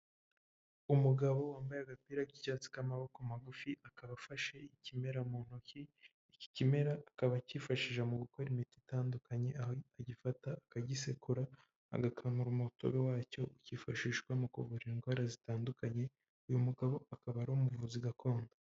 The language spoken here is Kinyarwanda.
Umugabo wambaye agapira k'icyatsi k'amaboko magufi, akaba afashe ikimera mu ntoki, iki kimera akabakifashije mu gukora imiti itandukanye, aho agifata akagisekura agakamura umutobe wacyo, ukifashishwa mu kuvura indwara zitandukanye, uyu mugabo akaba ari umuvuzi gakondo.